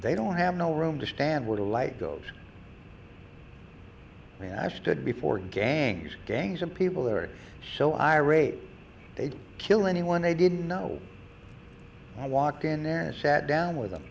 they don't have no room to stand where the light goes and i stood before gangs gangs and people are so irate they'd kill anyone they didn't know and i walked in there and sat down with them